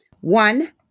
One